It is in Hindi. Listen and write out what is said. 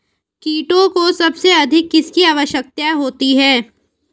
कीटों को सबसे अधिक किसकी आवश्यकता होती है?